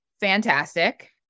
Fantastic